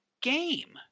game